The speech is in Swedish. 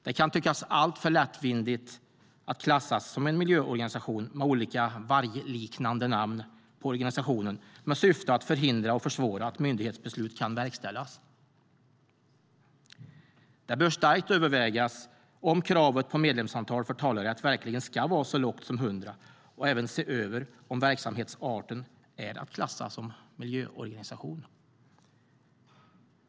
Det kan tyckas alltför lättvindigt att klassa organisationer med olika vargliknande namn som miljöorganisationer vilkas syfte är att förhindra och försvåra att myndighetsbeslut verkställs. Det bör starkt övervägas om kravet på medlemsantal för talerätt verkligen ska vara så lågt som 100 och även ses över om verksamhetsarten är att klassa som miljöorganisation.